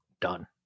Done